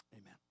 Amen